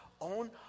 own